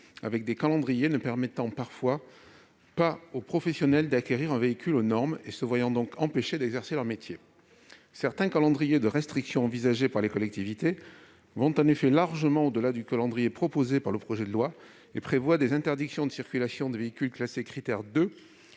les calendriers retenus ne permettent pas à des milliers de professionnels d'acquérir un véhicule aux normes. Ils se trouvent alors empêchés d'exercer leur métier. Certains des calendriers de restrictions envisagés par les collectivités vont en effet largement au-delà du calendrier proposé dans le projet de loi et prévoient des interdictions de circulation des véhicules classés Crit'Air 2